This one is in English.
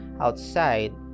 outside